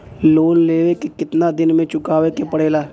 Loan लेवे के कितना दिन मे चुकावे के पड़ेला?